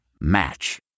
Match